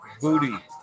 Booty